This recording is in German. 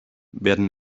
werden